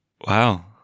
Wow